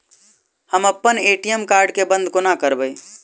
हम अप्पन ATM card केँ बंद कोना करेबै?